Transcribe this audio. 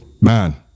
Man